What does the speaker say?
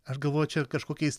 aš galvoju čia kažkokiais